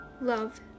Love